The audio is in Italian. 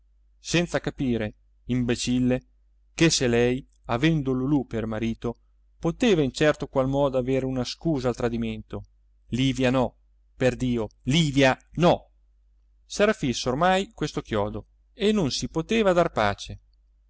senza capire imbecille che se lei avendo lulù per marito poteva in certo qual modo avere una scusa al tradimento livia no perdio livia no s'era fisso ormai questo chiodo e non si poteva dar pace